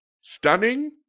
Stunning